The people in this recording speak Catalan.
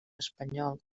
espanyol